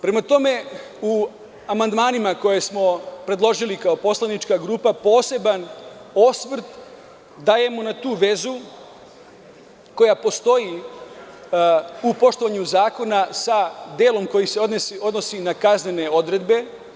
Prema tome, u amandmanima koje smo predložili kao poslanička grupa poseban osvrt dajemo na tu vezu koja postoji u poštovanju zakona sa delom koji se odnosi na kaznene odredbe.